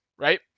right